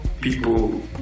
people